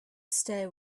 stay